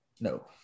No